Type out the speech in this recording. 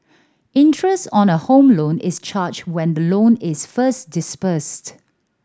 interest on a Home Loan is charged when the loan is first disbursed